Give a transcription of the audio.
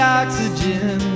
oxygen